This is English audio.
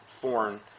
foreign